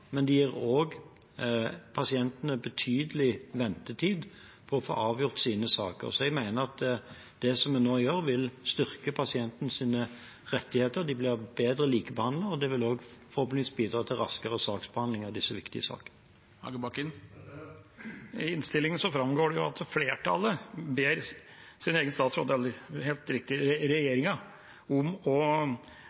men det gir også pasientene betydelig ventetid for å få avgjort sine saker. Så jeg mener at det vi nå gjør, vil styrke pasientenes rettigheter. De blir mer likebehandlet, og det vil forhåpentligvis også bidra til raskere saksbehandling i disse viktige sakene. I innstillinga framgår det at flertallet ber sin egen statsråd